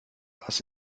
ass